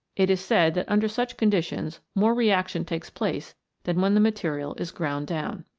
it is said that under such conditions more reaction takes place than when the material is ground down.